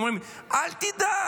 הם אומרים: אל תדאג,